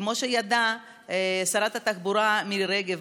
כמו שידעה שרת התחבורה מירי רגב,